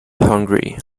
hungry